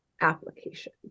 application